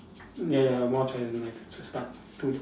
ya ya more choices like to start to